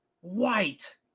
white